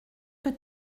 que